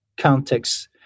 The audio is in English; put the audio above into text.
context